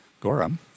Gorham